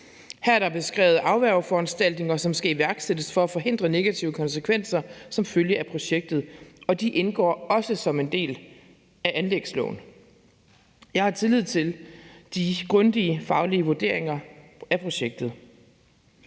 Her er der beskrevet afværgeforanstaltninger, som skal iværksættes for at forhindre negative konsekvenser som følge af projektet, og de indgår også som en del af anlægsloven. Jeg har tillid til de grundige faglige vurderinger af projektet.